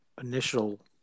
initial